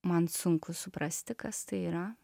man sunku suprasti kas tai yra